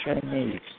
Chinese